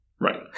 Right